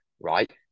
right